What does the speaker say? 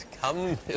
come